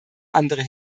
andere